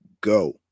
Go